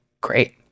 great